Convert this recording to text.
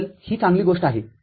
त्या बद्दल ही चांगली गोष्ट आहे